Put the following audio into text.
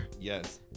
Yes